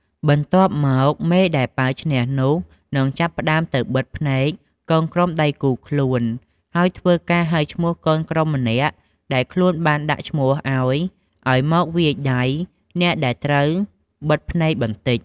បន្ទាប់មកមេដែលប៉ាវឈ្នះនោះនឹងចាប់ផ្ដើមទៅបិទភ្នែកកូនក្រុមដៃគូខ្លួន ហើយធ្វើការហៅឈ្មោះកូនក្រុមម្នាក់ដែលខ្លួនបានដាក់ឈ្មោះឲ្យ ឲ្យមកវាយដៃអ្នកដែលត្រូវបិទភ្នែកបន្តិច។